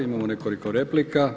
Imamo nekoliko replika.